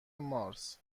مارس